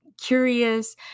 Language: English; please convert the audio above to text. curious